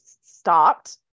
stopped